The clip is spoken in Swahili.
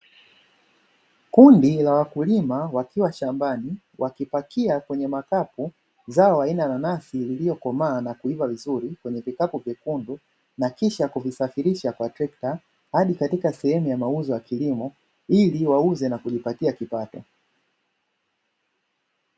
Kundi la wakulima wakiwa shambani wakipakia kwenye makapu zao aina ya nanasi lililokomaa na kuiva vizuri kwenye vikapu vyekundu, na kisha kuvisafirisha kwa trekta hadi katika sehemu ya mauzo ya kilimo ili wauze na kujipatia kipato.